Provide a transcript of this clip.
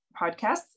podcasts